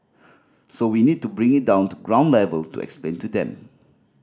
so we need to bring it down to ground level to explain to them